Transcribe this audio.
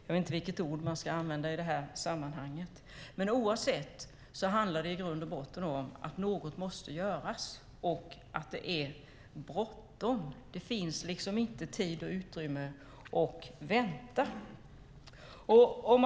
Jag vet inte vilket ord man ska använda i det här sammanhanget, men i vilket fall som helst måste någonting göras, och det är bråttom. Det finns inte tid eller utrymme att vänta.